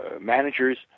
managers